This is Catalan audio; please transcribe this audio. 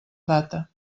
data